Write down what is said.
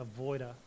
avoider